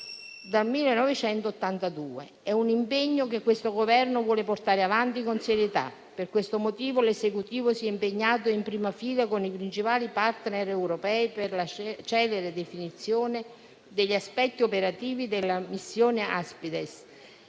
dal 1982, è un impegno che questo Governo vuole portare avanti con serietà. Per questo motivo l'Esecutivo si è impegnato in prima fila con i principali *partner* europei per la celere definizione degli aspetti operativi della missione Aspides